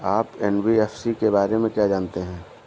आप एन.बी.एफ.सी के बारे में क्या जानते हैं?